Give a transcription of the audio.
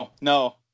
no